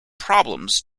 problems